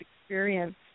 experience